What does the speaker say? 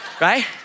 right